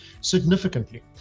significantly